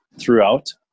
throughout